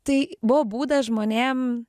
tai buvo būdas žmonėm